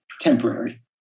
Temporary